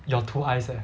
your two eyes eh